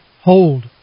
hold